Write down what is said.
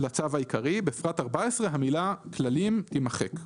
לצו העיקרי, בפרט 14 המילה "כללים" תמחק."